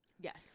yes